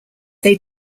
they